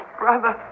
brother